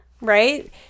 right